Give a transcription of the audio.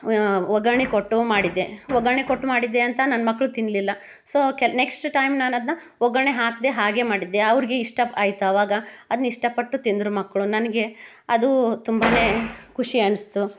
ಒಗರಣೆ ಕೊಟ್ಟು ಮಾಡಿದ್ದೆ ಒಗರಣೆ ಕೊಟ್ಟು ಮಾಡಿದ್ದೆ ಅಂತ ನನ್ನ ಮಕ್ಕಳು ತಿನ್ನಲಿಲ್ಲ ಸೊ ಓಕೆ ನೆಕ್ಟ್ಸ್ ಟೈಮ್ ನಾನು ಅದನ್ನು ಒಗ್ಗರಣೆ ಹಾಕದೆ ಹಾಗೇ ಮಾಡಿದ್ದೆ ಅವ್ರಿಗೆ ಇಷ್ಟ ಆಯ್ತು ಅವಾಗ ಅದ್ನ ಇಷ್ಟಪಟ್ಟು ತಿಂದರು ಮಕ್ಕಳು ನನಗೆ ಅದು ತುಂಬ ಖುಷಿ ಅನ್ನಿಸ್ತು